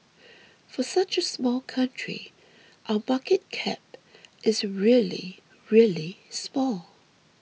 for such a small country our market cap is really really small